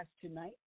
tonight